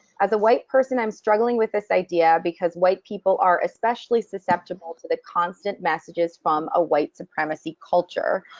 as a white person, i'm struggling with this idea because white people are especially susceptible to the constant messages from a white supremacy culture,